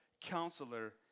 counselor